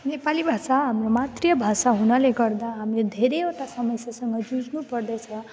नेपाली भाषा हाम्रो मातृभाषा हुनाले गर्दा हामीले धेरैवटा समस्यासँग जुझ्नुपर्दछ